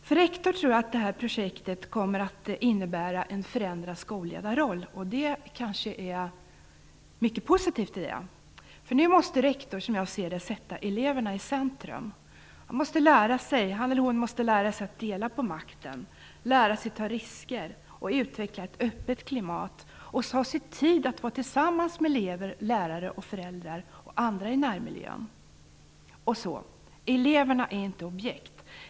För rektor tror jag att det här projektet kommer att innebära en förändrad skolledarroll, och det kanske är mycket positivt i det. Nu måste rektor, som jag ser det, sätta eleverna i centrum. Han eller hon måste lära sig att dela på makten, ta risker, utveckla ett öppet klimat och ta sig tid att vara tillsammans med elever, lärare och föräldrar och andra i närmiljön. Och så: Eleverna är inte objekt.